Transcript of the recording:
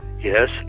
Yes